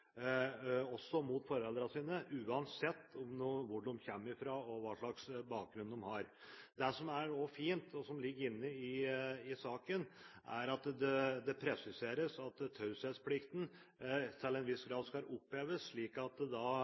også mot foreldrene sine, uansett hvor de kommer fra og hva slags bakgrunn de har. Det som også er fint, og som ligger inne i saken, er at det presiseres at taushetsplikten til en viss grad skal oppheves, slik at